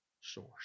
source